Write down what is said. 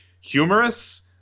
humorous